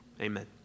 Amen